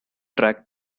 track